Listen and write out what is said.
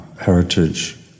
heritage